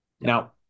Now